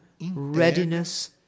readiness